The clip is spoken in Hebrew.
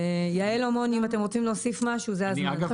יעל או מוני אם אתם רוצים להוסיף משהו זה הזמן.